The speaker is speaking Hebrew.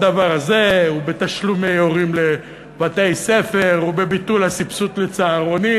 בדבר הזה ובתשלומי הורים לבתי-ספר ובביטול הסבסוד לצהרונים.